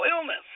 illness